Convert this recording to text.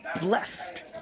blessed